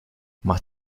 más